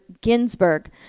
Ginsburg